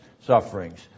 sufferings